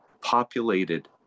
populated